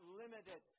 limited